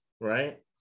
right